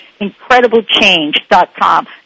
IncredibleChange.com